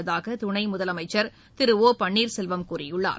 உள்ளதாக துணை முதலமைச்சர் திரு ஓ பன்னீர்செல்வம் கூறியுள்ளார்